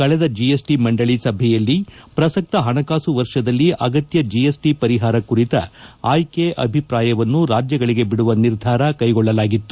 ಕಳೆದ ಜಿಎಸ್ಟಿ ಮಂಡಳಿ ಸಭೆಯಲ್ಲಿ ಪ್ರಸಕ್ತ ಹಣಕಾಸು ವರ್ಷದಲ್ಲಿ ಅಗತ್ಯ ಜಿಎಸ್ಟಿ ಪರಿಹಾರ ಕುರಿತ ಆಯ್ಕೆ ಅಭಿಪ್ರಾಯವನ್ನು ರಾಜ್ಯಗಳಿಗೆ ಬಿದುವ ನಿರ್ಧಾರ ಕೈಗೊಳ್ಳಲಾಗಿತ್ತು